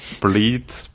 bleed